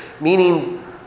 meaning